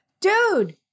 dude